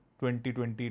2020